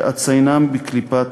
ואציינם בקליפת